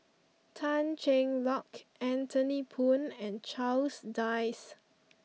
Tan Cheng Lock Anthony Poon and Charles Dyce